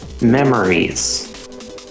memories